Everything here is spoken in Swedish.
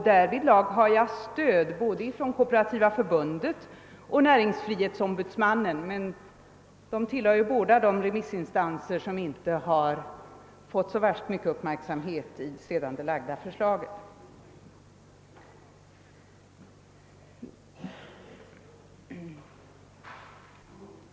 Därvidlag har jag stöd både från Kooperativa förbundet och näringsfrihetsombudsmannen, men de tillhör båda de remissinstanser som inte fått så värst mycken uppmärksamhet i det sedan lagda förslaget.